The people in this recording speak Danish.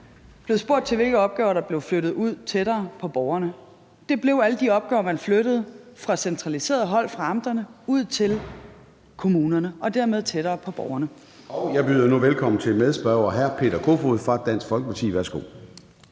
blevet spurgt til, hvilke opgaver der blev flyttet ud tættere på borgerne. Det blev alle de opgaver, man flyttede fra centraliseret hold fra amterne ud til kommunerne og dermed tættere på borgerne. Kl. 13:57 Formanden (Søren Gade): Jeg byder nu velkommen til medspørger hr. Peter Kofod fra Dansk Folkeparti. Værsgo.